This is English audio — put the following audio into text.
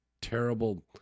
terrible